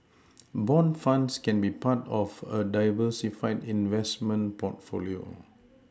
bond funds can be part of a diversified investment portfolio